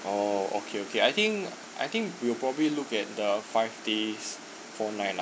oh okay okay I think I think we'll probably look at the five days four night lah